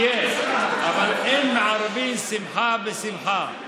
שיהיה, אבל אין מערבים שמחה בשמחה.